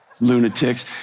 Lunatics